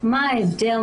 מה ההבדל?